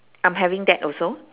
I'm having that also